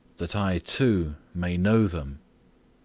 that i, too, may know them.